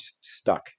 stuck